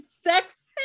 Sex